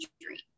dream